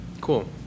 Cool